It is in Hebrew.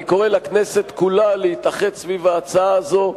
אני קורא לכנסת כולה להתאחד סביב ההצעה הזאת,